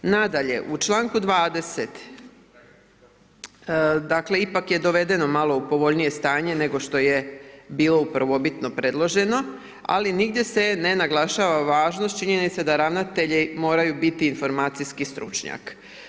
Nadalje, u članku 20. dakle ipak je dovedeno malo u povoljnije stanje nego što je bilo prvobitno predloženo ali nigdje se ne naglašava važnost činjenice da ravnatelji moraju biti informacijski stručnjak.